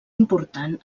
important